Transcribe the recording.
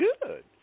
good